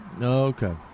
Okay